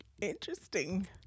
Interesting